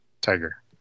Tiger